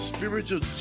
Spiritual